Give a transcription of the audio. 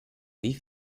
wie